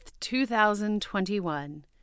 2021